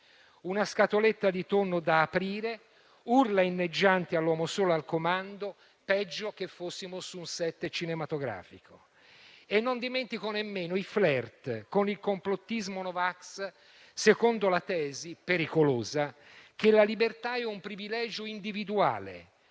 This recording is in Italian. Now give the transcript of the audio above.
una scatoletta di tonno da aprire, urla inneggianti all'uomo solo al comando, peggio che se fossimo su un *set* cinematografico. Non dimentico nemmeno i *flirt* con il complottismo no vax, secondo la tesi pericolosa che la libertà è un privilegio individuale